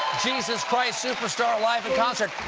jesus christ superstar live in concert.